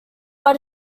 but